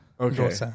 Okay